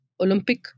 Olympic